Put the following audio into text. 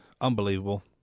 Unbelievable